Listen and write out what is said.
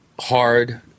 hard